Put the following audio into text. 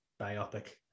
biopic